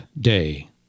Day